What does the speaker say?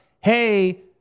hey